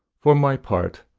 for my part,